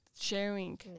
sharing